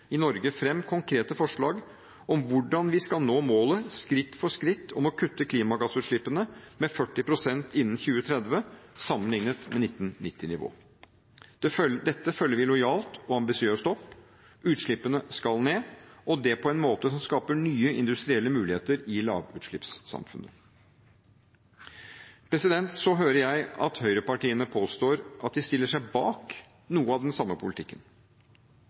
i Norge, fram konkrete forslag om hvordan vi skal nå målet, skritt for skritt, om å kutte klimagassutslippene med 40 pst. innen 2030 sammenlignet med 1990-nivå. Dette følger vi lojalt og ambisiøst opp. Utslippene skal ned, og det på en måte som skaper nye industrielle muligheter i lavutslippssamfunnet. Så hører jeg at høyrepartiene påstår at de stiller seg bak noe av den samme politikken.